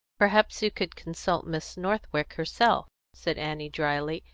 perhaps you could consult miss northwick herself, said annie dryly,